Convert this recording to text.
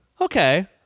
Okay